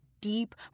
deep